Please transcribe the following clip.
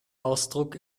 ausdruck